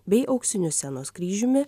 bei auksiniu scenos kryžiumi